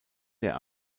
der